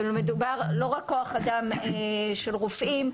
מדובר לא רק כוח אדם של רופאים.